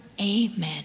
amen